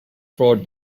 fraud